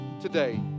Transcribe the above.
today